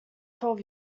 twelve